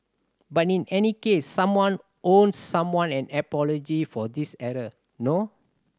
but in any case someone owes someone an apology for this error no